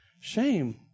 shame